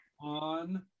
On